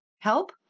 help